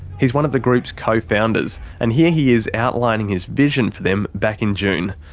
he's one of the group's co-founders. and here he is outlining his vision for them back in june.